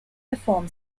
perform